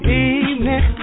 evening